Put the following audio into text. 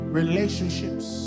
relationships